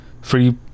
free